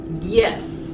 Yes